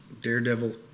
Daredevil